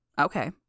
Okay